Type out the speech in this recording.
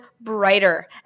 brighter